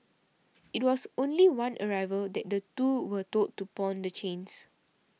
it was only one arrival that the two were told to pawn the chains